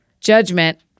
Judgment